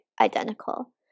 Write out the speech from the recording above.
identical